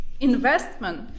investment